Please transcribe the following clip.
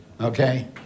Okay